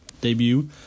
debut